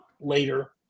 later